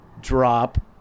drop